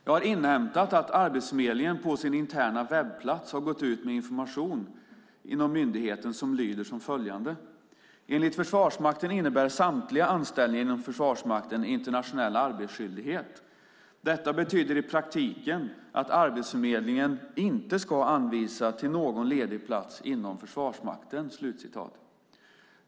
Jag har inhämtat att Arbetsförmedlingen på sin interna webbplats har gått ut med information inom myndigheten som lyder: "Enligt Försvarsmakten innebär samtliga anställningar inom Försvarsmakten internationell arbetsskyldighet. Detta betyder i praktiken att Arbetsförmedlingen inte ska anvisa till någon ledig plats inom Försvarsmakten."